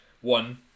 one